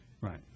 Right